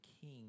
king